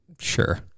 Sure